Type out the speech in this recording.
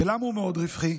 ולמה הוא מאוד רווחי?